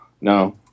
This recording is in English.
no